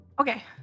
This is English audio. okay